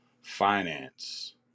Finance